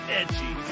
edgy